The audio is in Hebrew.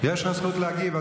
יש לך זכות להגיב.